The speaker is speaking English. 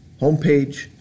homepage